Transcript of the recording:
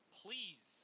please